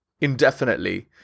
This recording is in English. indefinitely